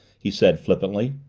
he said flippantly.